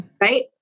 Right